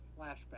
flashback